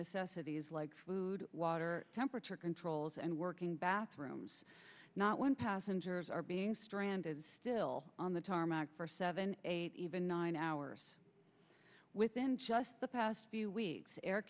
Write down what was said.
city's like food water temperature controls and working bathrooms not when passengers are being stranded still on the tarmac for seven eight even nine hours within just the past few weeks air